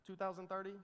2030